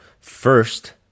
first